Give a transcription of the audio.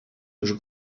już